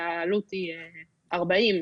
ומעבר לכביש הן מקבלות את ה-8,000,